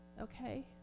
Okay